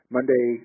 Monday